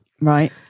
Right